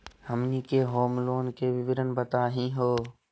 हमनी के home loan के विवरण बताही हो?